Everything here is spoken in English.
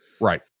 right